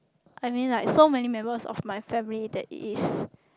I mean like so many members of my family that is